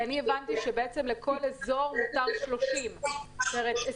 אני הבנתי שבעצם לכל אזור מותר 30 סועדים.